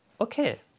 okay